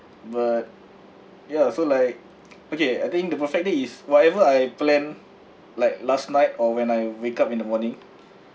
but ya so like okay I think the perfect day is whatever I plan like last night or when I wake up in the morning